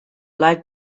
like